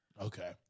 Okay